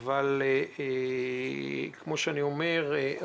כמו שאני אומר,